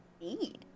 need